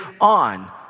on